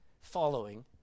following